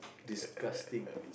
disgusting